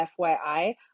fyi